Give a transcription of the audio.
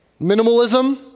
Minimalism